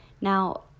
Now